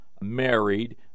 married